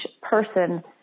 person